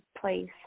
place